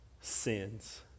sins